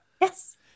Yes